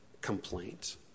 complaint